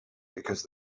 because